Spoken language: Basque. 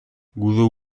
gudu